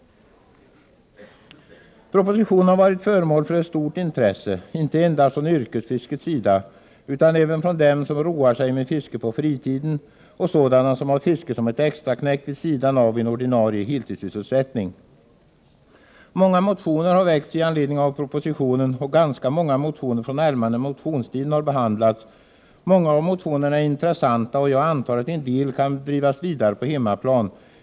Propositionen har varit föremål för ett stort intresse, inte endast från yrkesfiskets sida utan även från dem som roar sig med fiske på fritiden och sådana som har fiske som ett extraarbete vid sidan av ordinarie heltidssysselsättning. Många motioner har väckts i anledning av propositionen, och ganska många motioner från allmänna motionstiden har behandlats. Många av motionerna är intressanta, och jag antar att en del kan drivas vidare på hemmaplan.